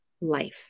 life